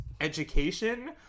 education